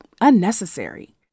unnecessary